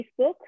Facebook